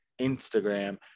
Instagram